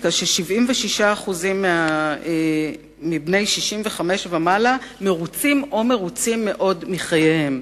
לסטטיסטיקה ש-76% מבני ה-65 ומעלה מרוצים או מרוצים מאוד מחייהם.